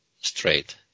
straight